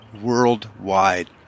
worldwide